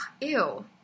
ew